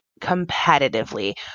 competitively